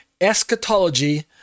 eschatology